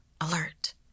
alert